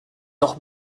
doch